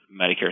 Medicare